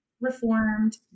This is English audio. Reformed